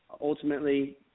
ultimately